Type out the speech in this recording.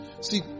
see